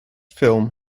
film